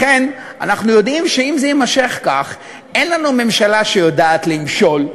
לכן אנחנו יודעים שאם זה יימשך כך אין לנו ממשלה שיודעת למשול,